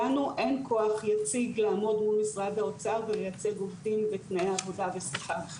לנו אין כוח יציג לעמוד מול משרד האוצר ולייצג עובדים ותנאי עבודה ושכר.